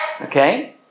Okay